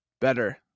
better